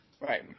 right